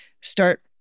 start